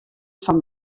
fan